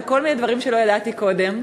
וכל מיני דברים שלא ידעתי קודם.